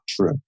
true